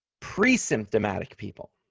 pre-symptomatic people,